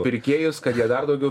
pirkėjus kad jie dar daugiau